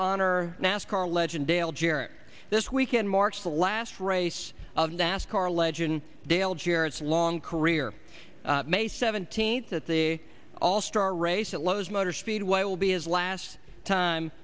honor nascar legend dale jarrett this weekend marks the last race of nascar legend dale jr its long career may seventeenth at the all star race at lowe's motor speedway will be his last time